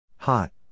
Hot